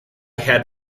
had